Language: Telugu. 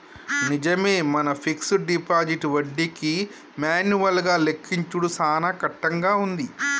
నిజమే మన ఫిక్స్డ్ డిపాజిట్ వడ్డీకి మాన్యువల్ గా లెక్కించుడు సాన కట్టంగా ఉంది